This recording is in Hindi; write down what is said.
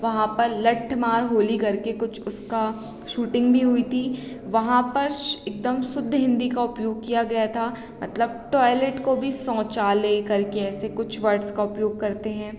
वहाँ पर लट्ठमार होली करके कुछ उसकी शूटिंग भी हुई थी वहाँ पर श एकदम शुद्ध हिंदी का उपयोग किया गया था मतलब टॉयलेट को भी शौचालय करके ऐसे कुछ वर्ड्स का उपयोग करते हैं